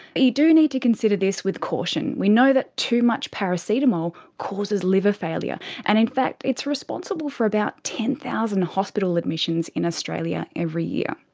you do need to consider this with caution. we know that too much paracetamol causes liver failure, and in fact it's responsible for about ten thousand hospital admissions in australia every year.